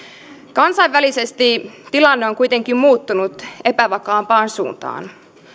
kansainvälisesti tilanne on kuitenkin muuttunut epävakaampaan suuntaan